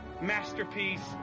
masterpiece